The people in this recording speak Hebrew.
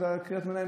אז קריאת הביניים,